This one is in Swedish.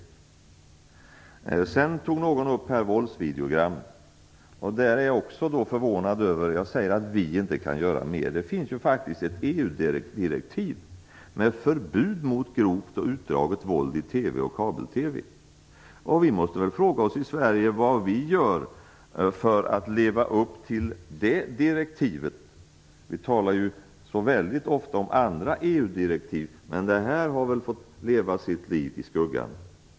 Någon tog här upp frågan om våldsvideogrammen. Där är jag också förvånad över att vi inte kan göra mer. Det finns faktiskt ett EU-direktiv med förbud mot grovt och utdraget våld i TV och kabel-TV. Vi måste väl i Sverige fråga oss vad vi gör för att leva upp till det direktivet. Vi talar ju väldigt ofta om andra EU-direktiv, men detta har fått leva sitt liv i skuggan.